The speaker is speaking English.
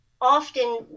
often